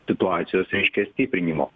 situacijos reiškia stiprinimo